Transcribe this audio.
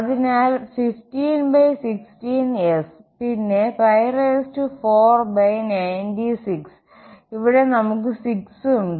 അതിനാൽ 15 16 S പിന്നെ 496ഇവിടെ നമുക്ക് 6 ഉണ്ട്